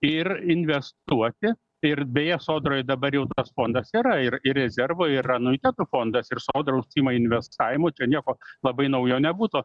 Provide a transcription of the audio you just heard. ir investuoti ir beje sodroj dabar jau fondas yra ir ir rezervai ir anuiteto fondas ir sodra užsiima investavimo čia nieko labai naujo nebūtu